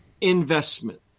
investment